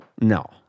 No